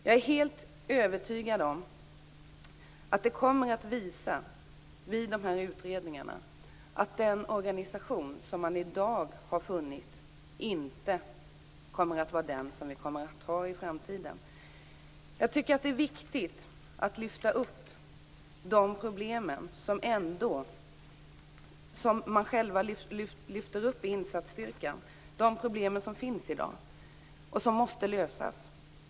Jag är helt övertygad om att de här utredningarna kommer att visa att den organisation som vi har i dag inte kommer att vara den som vi bör ha i framtiden. Jag tycker att det är viktigt att ta fram de problem som insatsstyrkan själv lyfter upp - de problem som finns i dag och som måste lösas.